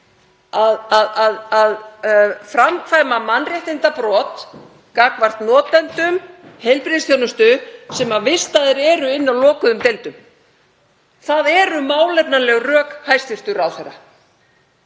að framkvæma mannréttindabrot gagnvart notendum heilbrigðisþjónustu sem vistaðir eru inni á lokuðum deildum. Það eru málefnaleg rök, hæstv. ráðherra.